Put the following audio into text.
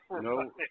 no